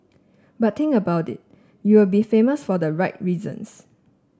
but think about it you will be famous for the right reasons